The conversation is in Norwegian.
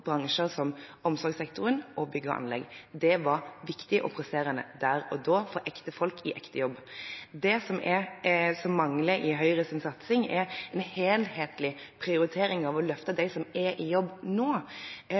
bransjer som omsorgssektoren og bygg og anlegg. Det var viktig og presserende der og da for ekte folk i ekte jobb. Det som mangler i Høyres satsing, er nettopp en helhetlig prioritering – å løfte dem som er i jobb nå.